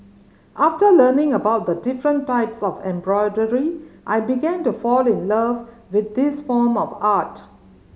after learning about the different types of embroidery I began to fall in love with this form of art